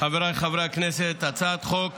חבריי חברי הכנסת, הצעת חוק